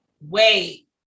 Wait